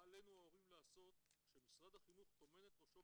מה עלינו ההורים לעשות כשמשרד החינוך טומן את ראשו